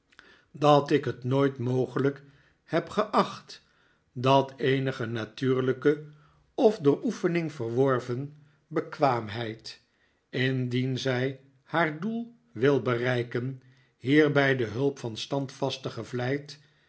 dat ik het nooit mogelijk heb geacht dat eenige natuurlijke of door oefening verworven bekwaamheid indien zij haar doel wil bereiken hierbij de hulp van